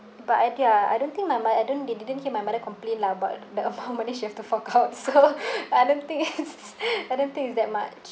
but I ya I don't think my mo~ I don't they didn't hear my mother complain lah bout the amount of money she have to fork out so I don't it's I don't think it's that much